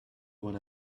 when